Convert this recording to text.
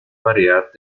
variedad